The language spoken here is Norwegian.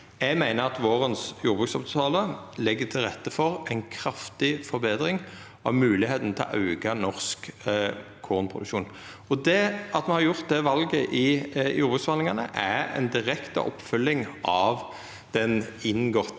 Eg meiner vårens jordbruksavtale legg til rette for ei kraftig forbetring av moglegheita til å auka norsk kornproduksjon. Det at me har gjort det valet i jordbruksforhandlingane, er ei direkte oppfølging av den inngåtte